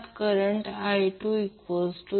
तर येथे XLRL 2 XL 2 imaginary बाजू आहे